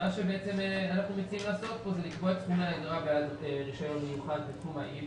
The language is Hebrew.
אנחנו מציעים כאן לקבוע את סכום אגרה בעד רישיון מיוחד בתחום ה-...